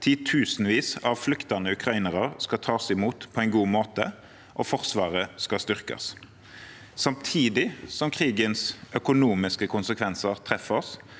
titusenvis av flyktende ukrainere skal tas imot på en god måte, og Forsvaret skal styrkes. Samtidig som krigens økonomiske konsekvenser treffer oss,